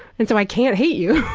and so i can't hate you.